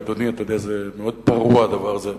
ואדוני, אתה יודע, זה מאוד פרוע, הדבר הזה.